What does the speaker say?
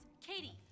Katie